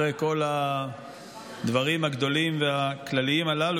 אחרי כל הדברים הגדולים והכלליים הללו,